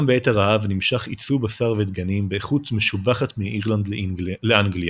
גם בעת הרעב נמשך ייצוא בשר ודגנים באיכות משובחת מאירלנד לאנגליה.